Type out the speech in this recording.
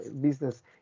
business